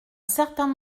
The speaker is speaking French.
certain